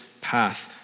path